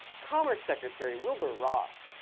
commerce secretary, wilbur ross,